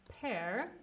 pair